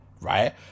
Right